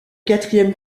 quatrième